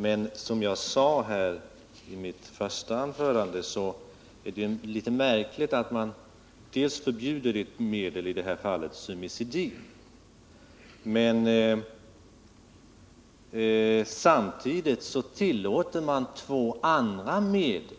Men som jag sade i mitt första anförande är det litet märkligt att man förbjuder ett medel, i detta fall sumicidin, men samtidigt tillåter användning av två andra medel